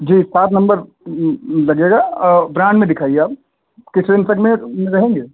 जी पाँच नम्बर लगेगा और ब्राण्ड में दिखाइए आप किस रेन्ज तक में रहेंगे